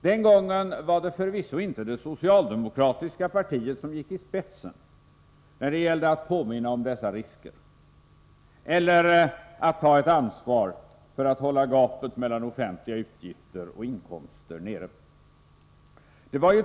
Den gången var det förvisso inte det socialdemokratiska partiet som gick i spetsen när det gällde att påminna om dessa risker eller att försöka ta ett ansvar för att hålla gapet mellan offentliga utgifter och inkomster nere.